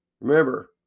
Remember